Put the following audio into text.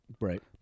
Right